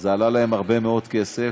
וזה עלה להן הרבה מאוד כסף.